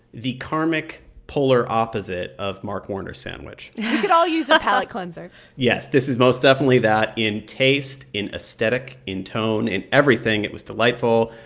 the karmic polar opposite of mark warner's sandwich we could all use a palate cleanser yes. this is most definitely that in taste, in aesthetic, in tone, in everything. it was delightful.